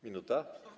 Minuta?